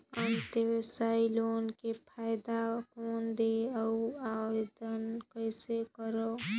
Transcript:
अंतरव्यवसायी लोन के फाइदा कौन हे? अउ आवेदन कइसे करव?